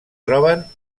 troben